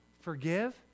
forgive